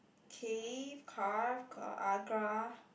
cave carve car~ agra